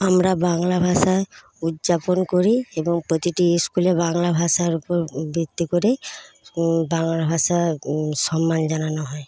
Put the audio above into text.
আমরা বাংলা ভাষার উদযাপন করি এবং প্রতিটি স্কুলে বাংলা ভাষার ওপর ভিত্তি করে বাংলা ভাষা সন্মান জানানো হয়